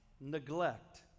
neglect